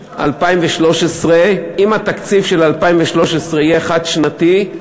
2013. אם התקציב של 2013 יהיה חד-שנתי,